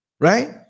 right